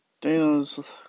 Dana's